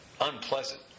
unpleasant